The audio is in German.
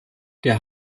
der